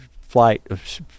flight